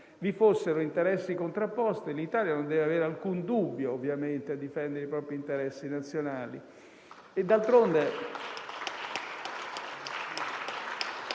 vi fossero interessi contrapposti, l'Italia non dovrebbe avere alcun dubbio: deve difendere i propri interessi nazionali.